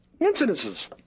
incidences